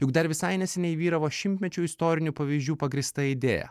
juk dar visai neseniai vyravo šimtmečių istorinių pavyzdžių pagrįsta idėja